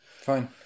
fine